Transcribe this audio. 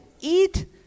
eat